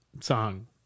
song